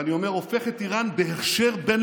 ואני אומר, הופך את איראן בהכשר בין-לאומי,